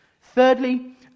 Thirdly